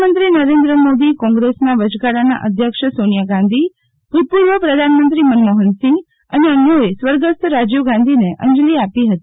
પ્રધાનમંત્રી નરેન્દ્ર મોદી કોંગ્રેસના વચગાળાના અધ્યક્ષ સોનીયા ગાંધી ભુતપુર્વ પ્રધાનમંત્રી મનમોફનસિંફ અને અન્યોએ સ્વર્ગસ્થ રાજીવ ગાંધીને અંજલી આપી ફતી